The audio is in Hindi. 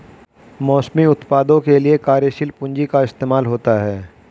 मौसमी उत्पादों के लिये कार्यशील पूंजी का इस्तेमाल होता है